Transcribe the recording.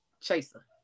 chaser